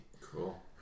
cool